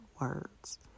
words